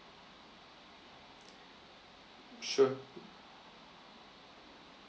sure